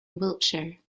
wiltshire